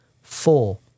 four